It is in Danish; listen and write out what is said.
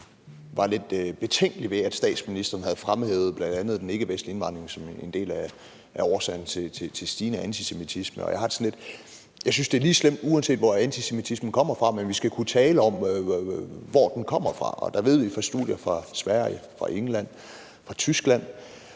var lidt betænkelig ved, at statsministeren bl.a. havde fremhævet den ikkevestlige indvandring som en del af årsagen til stigende antisemitisme. Og jeg har det sådan lidt, at jeg synes, det er lige slemt, uanset hvor antisemitismen kommer fra, men vi skal kunne tale om, hvor den kommer fra. Og der ved vi fra studier fra Sverige, fra England, fra Tyskland,